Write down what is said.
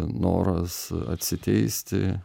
noras atsiteisti